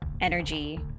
energy